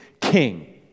king